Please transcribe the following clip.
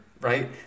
right